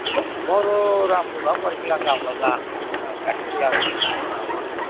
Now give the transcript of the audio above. என்னமோ ஒரு ஒரு ஐம்பருவா குறைக்கிலாங்க அவ்வளோ தான் ஆ கட்டுப்படி ஆவணுமுல்ல ஆமாம்ங்க